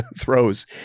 throws